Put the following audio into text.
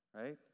right